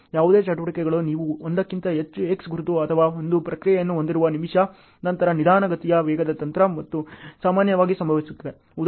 ಯಾವುದೇ ಚಟುವಟಿಕೆಗೆ ನೀವು ಒಂದಕ್ಕಿಂತ ಹೆಚ್ಚು X ಗುರುತು ಅಥವಾ ಒಂದು ಪ್ರತಿಕ್ರಿಯೆಯನ್ನು ಹೊಂದಿರುವ ನಿಮಿಷ ನಂತರ ನಿಧಾನಗತಿಯ ವೇಗದ ತಂತ್ರ ಮಾತ್ರ ಸಾಮಾನ್ಯವಾಗಿ ಸಂಭವಿಸುತ್ತದೆ